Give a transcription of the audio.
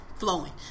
flowing